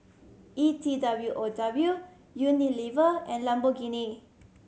E T W O W Unilever and Lamborghini